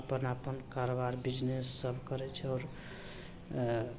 अपन अपन कारबार बिजनेस सभ करै छै आओर